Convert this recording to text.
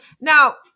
Now